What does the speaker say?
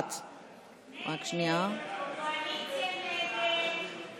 1. ההסתייגות (1) של קבוצת סיעת יש עתיד-תל"ם,